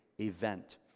event